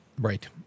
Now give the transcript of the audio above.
Right